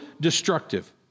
destructive